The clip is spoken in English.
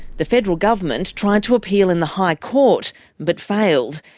the federal government tried to appeal in the high court but failed.